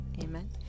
Amen